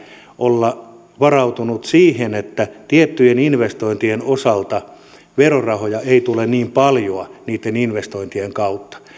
olla varautunut siihen että tiettyjen investointien osalta verorahoja ei tule niin paljoa niitten investointien kautta